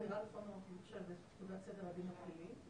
חדירה לחומר מחשב לפקודת סדר הדין הפלילי,